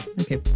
Okay